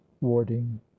warding